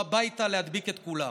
ולא הביתה להדביק את כולם,